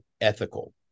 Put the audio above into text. ethical